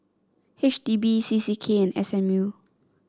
H D B C C K and S M U